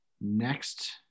next